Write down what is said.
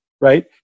right